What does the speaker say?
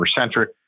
centric